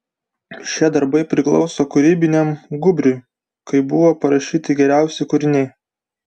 šie darbai priklauso kūrybiniam gūbriui kai buvo parašyti geriausi kūriniai